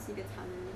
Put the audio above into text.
that's true